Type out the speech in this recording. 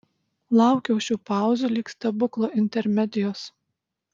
laukiau šių pauzių lyg stebuklo intermedijos